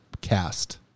cast